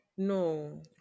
No